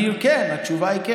אני, כן, התשובה היא כן.